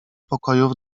pokojów